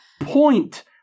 point